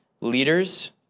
leaders